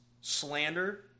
slander